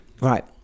right